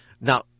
Now